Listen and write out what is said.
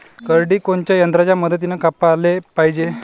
करडी कोनच्या यंत्राच्या मदतीनं कापाले पायजे?